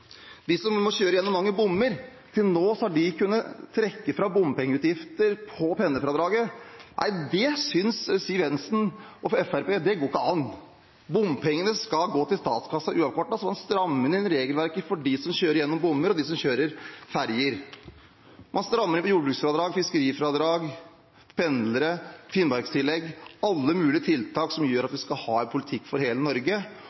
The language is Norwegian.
De som må kjøre gjennom mange bommer, har til nå kunnet trekke fra bompengeutgifter på pendlerfradraget. Nei, det synes Siv Jensen og Fremskrittspartiet ikke går an. Bompengene skal gå til statskassen uavkortet, så man strammer inn regelverket for dem som kjører gjennom bommer, og dem som kjører ferjer. Man strammer inn på jordbruksfradrag, fiskerifradrag, pendlerfradrag, finnmarkstillegg – alle mulige tiltak som gjør at vi skal ha en politikk for hele Norge.